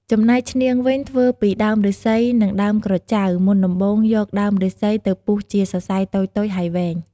ចំណែកឈ្នាងវិញធ្វើពីដើមឫស្សី និងដើមក្រចៅ មុនដំបូងយកដើមឬស្សីទៅពុះជាសរសៃតូចៗហើយវែង។